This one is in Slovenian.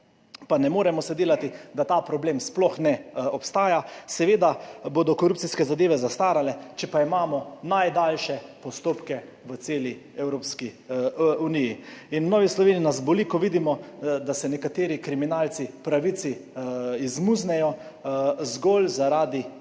Pa ne moremo se delati, da ta problem sploh ne obstaja. Seveda bodo korupcijske zadeve zastarale, če pa imamo najdaljše postopke v celi Evropski uniji. V Novi Sloveniji nas boli, ko vidimo, da se nekateri kriminalci pravici izmuznejo zgolj zaradi